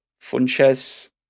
Funches